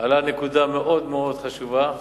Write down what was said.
העלה נקודה מאוד חשובה.